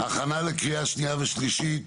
הכנה לקריאה שנייה ושלישית,